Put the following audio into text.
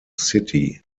city